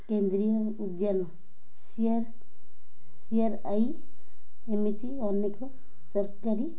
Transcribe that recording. କେନ୍ଦ୍ରୀୟ ଉଦ୍ୟାନ CR C R I ଏମିତି ଅନେକ ସରକାରୀ